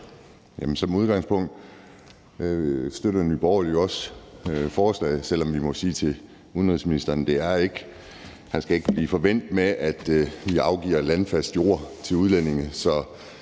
Som udgangspunkt støtter Nye Borgerlige jo også forslaget, selv om vi må sige til udenrigsministeren, at han ikke skal blive forvænt med, at vi afgiver land og jord til udlændinge.